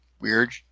weird